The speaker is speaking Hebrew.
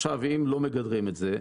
עכשיו אם לא מגדרים את זה,